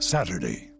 Saturday